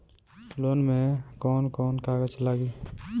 Loan में कौन कौन कागज लागी?